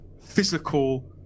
physical